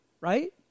right